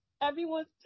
everyone's